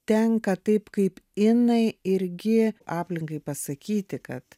tenka taip kaip inai irgi aplinkai pasakyti kad